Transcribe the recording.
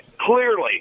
clearly